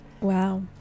Wow